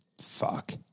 Fuck